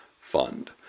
fund